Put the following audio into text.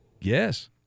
yes